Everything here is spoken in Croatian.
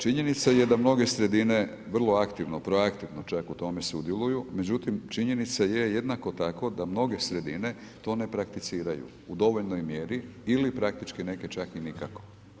Činjenica je da mnoge sredine vrlo aktivno, proaktivno čak u tome sudjeluju, međutim, činjenica je jednako tako da mnoge sredine to ne prakticiraju u dovoljnoj mjeri ili praktički neke čak ni nikako.